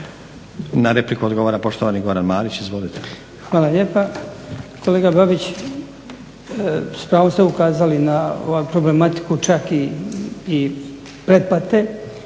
Na repliku odgovara poštovani Goran Marić. Izvolite. **Marić, Goran (HDZ)** Hvala lijepa. Kolega Babić, s pravom ste ukazali na ovu problematiku čak i pretplate,